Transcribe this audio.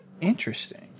Interesting